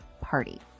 party